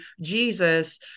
Jesus